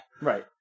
Right